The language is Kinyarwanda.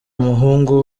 umuhungu